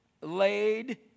laid